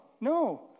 No